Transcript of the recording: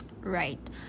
right